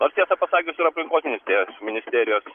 nors tiesą pasakius ir aplinkos ministerijos ministerijos